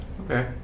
Okay